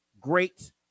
great